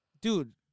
dude—